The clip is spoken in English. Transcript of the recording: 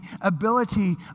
ability